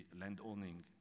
land-owning